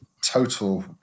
total